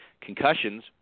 concussions